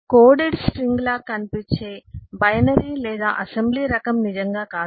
coded string లాగా కనిపించే binary లేదా అసెంబ్లీ రకం నిజంగా కాదు